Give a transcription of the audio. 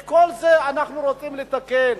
את כל זה אנחנו רוצים לתקן.